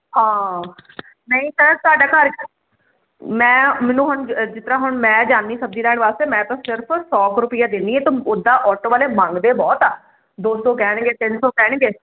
ਹਾਂ ਨਹੀਂ ਸਰ ਤੁਹਾਡਾ ਘਰ ਮੈਂ ਮੈਨੂੰ ਹੁਣ ਜਿਸ ਤਰਾਂ ਹੁਣ ਮੈਂ ਜਾਂਦੀ ਸਬਜੀ ਲੈਣ ਵਾਸਤੇ ਮੈਂ ਤਾਂ ਸਿਰਫ ਸੋ ਕ ਰੁਪਇਆ ਦਿੰਦੀ ਹ ਤਾਂ ਉਦਾਂ ਆਟੋ ਵਾਲੇ ਮੰਗਦੇ ਬਹੁਤ ਆ ਦੋ ਸੋ ਕਹਿਣਗੇ ਤਿੰਨ ਸੋ ਕਹਿਣਗੇ